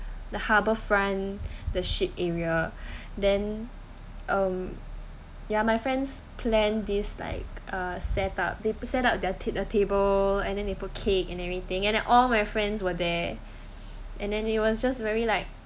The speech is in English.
the harborfront the ship area then um ya my friends planned like this like uh setup they setup their the table and then they put cake and everything and all my friends were there and then it was just very like